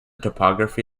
topography